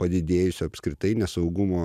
padidėjusiu apskritai nesaugumo